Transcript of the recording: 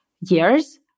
years